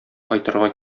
кайтырга